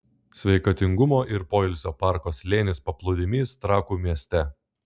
sveikatingumo ir poilsio parko slėnis paplūdimys trakų mieste